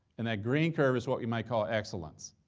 and that green curve is what we might call excellence.